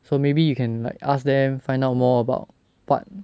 so maybe you can like ask them find out more about what